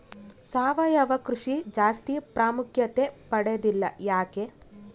ಸಾವಯವ ಕೃಷಿ ಜಾಸ್ತಿ ಪ್ರಾಮುಖ್ಯತೆ ಪಡೆದಿಲ್ಲ ಯಾಕೆ?